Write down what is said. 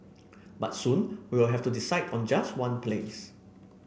but soon we will have to decide on just one place